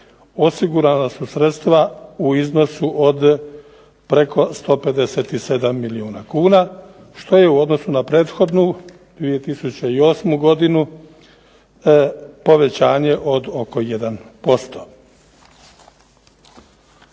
osigurana su sredstva u iznosu od preko 157 milijuna kuna, što je u odnosu na prethodnu 2008. godinu povećanje od oko 1%.